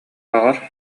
баҕар